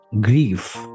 Grief